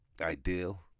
ideal